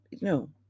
no